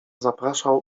zapraszał